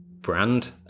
brand